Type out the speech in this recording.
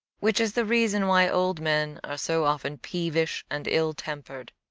which is the reason why old men are so often peevish and ill-tempered,